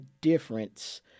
difference